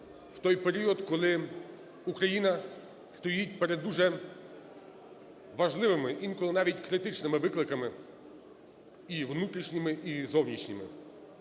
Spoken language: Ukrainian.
в той період, коли Україна стоїть перед дуже важливими, інколи навіть критичними викликами і внутрішніми, і зовнішніми.